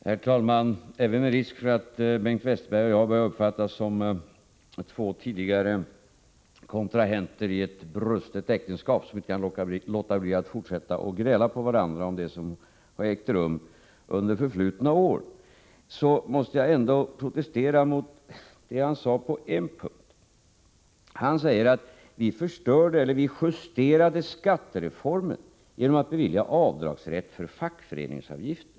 Herr talman! Med risk för att Bengt Westerberg och jag börjar uppfattas som två tidigare kontrahenter i ett brustet äktenskap, som inte kan låta bli att fortsätta gräla på varandra om det som ägt rum under förflutna år, måste jag protestera mot det han sade på en punkt. Han säger att vi justerade skattereformen genom att bevilja rätt till avdrag för fackföreningsavgiften.